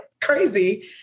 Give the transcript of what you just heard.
crazy